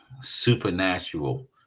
supernatural